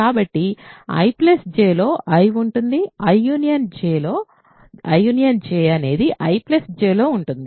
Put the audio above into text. కాబట్టి I Jలో I ఉంటుంది I J అనేది I Jలో ఉంటుంది